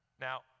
Now